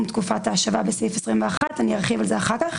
תקופת ההשבה בסעיף 21. אני ארחיב על זה אחר כך.